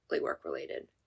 work-related